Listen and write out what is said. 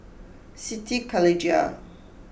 Siti Khalijah